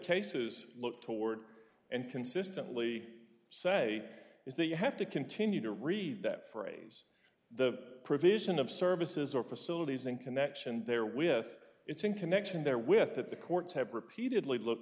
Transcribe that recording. cases look toward and consistently say is that you have to continue to read that phrase the provision of services or facilities in connection there with it's in connection there with that the courts have repeatedly look